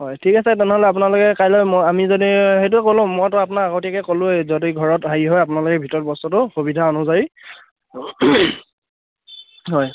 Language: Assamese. হয় ঠিক আছে তেনেহ'লে আপোনালোকে কাইলৈ মই আমি যদি সেইটোৱে ক'লো মইতো আপোনাক আগতীয়াকৈ ক'লোৱে যদি ঘৰত হেৰি হয় আপোনালোকে ভিতৰত বস্তুটো সুবিধা অনুযায়ী হয়